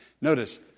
Notice